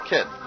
Kid